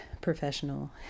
professional